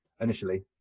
initially